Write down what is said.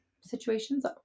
situations